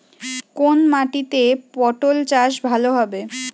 কোন মাটিতে পটল চাষ ভালো হবে?